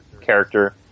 character